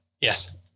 Yes